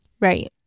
right